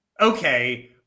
Okay